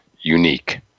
unique